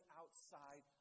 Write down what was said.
outside